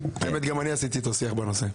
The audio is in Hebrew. האמת, גם אני עשיתי איתו שיח בנושא.